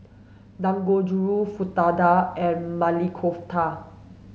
Dangojiru Fritada and Maili Kofta